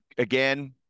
Again